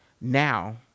now